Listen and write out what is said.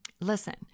Listen